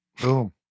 Boom